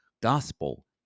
gospel